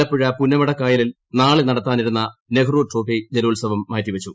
ആലപ്പുഴ പുന്നമടകായലിൽ നാളെ നടത്താനിരുന്ന നെഹ്റുട്രോഫി ജലോത്സവം മാറ്റിവച്ചു